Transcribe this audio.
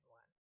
one